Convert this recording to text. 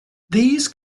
these